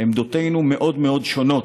עמדותינו מאוד מאוד שונות,